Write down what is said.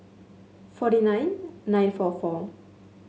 forty nine nine four four